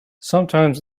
sometimes